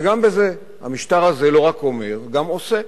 וגם בזה המשטר הזה לא רק אומר, גם עושה.